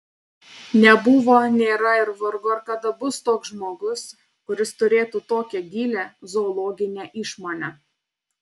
nebuvo nėra ir vargu ar kada bus toks žmogus kuris turėtų tokią gilią zoologinę išmonę